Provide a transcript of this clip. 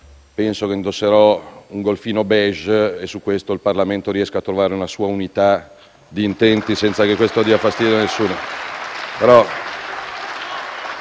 Penso che indosserò un golfino *beige* e auspico che in proposito il Parlamento riesca a trovare una sua unità di intenti, senza che questo dia fastidio a nessuno.